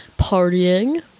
partying